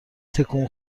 تکون